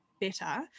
better